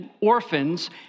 orphans